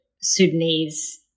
Sudanese